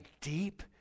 deep